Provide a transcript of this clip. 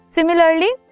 Similarly